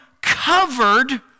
covered